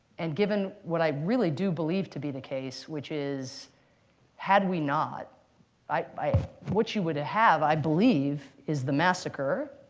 and given what i really do believe to be the case, which is had we not what you would have, i believe, is the massacre,